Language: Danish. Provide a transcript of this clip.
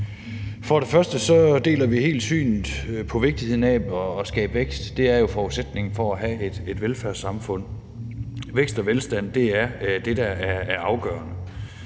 og fremmest deler vi helt det syn, man har på vigtigheden af at skabe vækst, for vækst er jo forudsætningen for at have et velfærdssamfund. Vækst og velstand er det, der er afgørende.